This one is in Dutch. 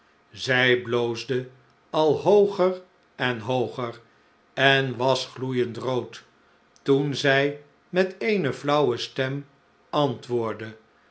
zij bloosde al hooger en hooger en was gloeiend rood toen zij met eene flauwe stem antwoordde